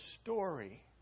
story